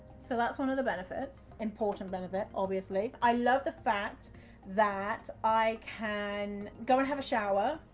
so that's one of the benefits, important benefit obviously. i love the fact that i can go and have a shower,